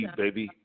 baby